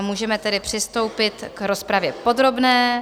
Můžeme tedy přistoupit k rozpravě podrobné.